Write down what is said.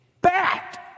bat